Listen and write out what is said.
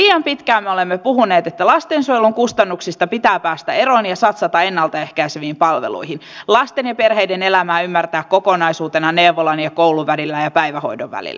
liian pitkään me olemme puhuneet että lastensuojelun kustannuksista pitää päästä eroon ja satsata ennalta ehkäiseviin palveluihin ymmärtää lasten ja perheiden elämää kokonaisuutena neuvolan ja koulun ja päivähoidon välillä